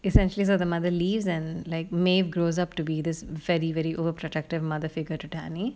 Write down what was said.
essentially so the mother leaves and like maeve grow up to be this very very over protective mother figure to danny